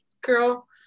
girl